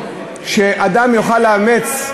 שאדם יוכל לאמץ,